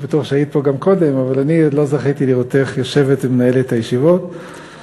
עוד יו"ר התאחדות סטודנטים לשעבר בציון יום הסטודנט שהתקיים כאן.